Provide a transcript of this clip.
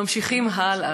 ממשיכים הלאה,